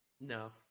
no